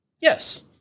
Yes